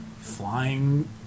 flying